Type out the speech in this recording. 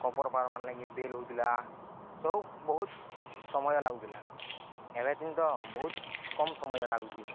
କମ୍ପର ପାର ମାର ଲାଗି ବେଲ ହଉଥିଲା ସବୁ ବହୁତ ସମୟ ଲାଗୁଥିଲା ଏବେତିନ ତ ବହୁତ କମ ସମୟ ଲାଗୁଛି